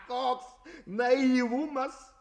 koks naivumas